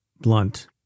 blunt